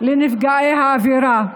לנפגעי עבירה,